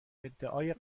ادعای